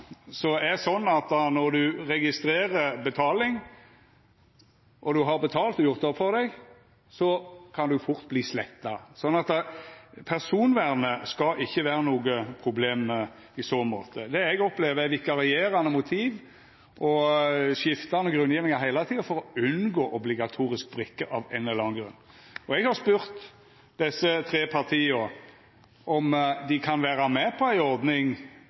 så måte. Det eg opplever, er heile tida vikarierande motiv og skiftande grunngjevingar for å unngå obligatorisk brikke, av ein eller annan grunn. Eg har spurt dei tre partia om dei kan vera med på ei ordning